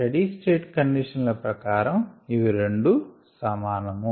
study state condition ల ప్రకారము ఇవి రెండూ సమానము